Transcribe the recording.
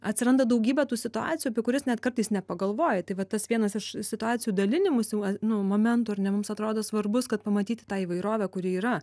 atsiranda daugybė tų situacijų apie kurias net kartais nepagalvoji tai vat tas vienas iš situacijų dalinimosi nu momentų ar ne mums atrodo svarbus kad pamatyti tą įvairovę kuri yra